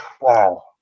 wow